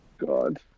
God